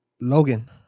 Logan